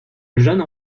jeanne